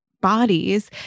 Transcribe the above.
bodies